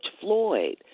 Floyd